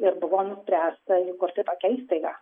ir buvo nuspręsta įkurti tokią įstaigą